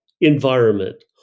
environment